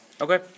Okay